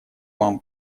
вам